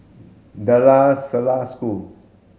De La Salle School